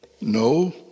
No